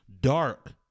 Dark